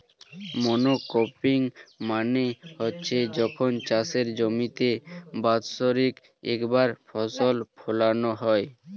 monocropping মানে হচ্ছে যখন চাষের জমিতে বাৎসরিক একবার ফসল ফোলানো হয়